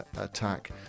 attack